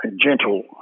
gentle